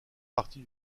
partie